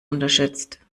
unterschätzt